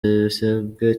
abisabwe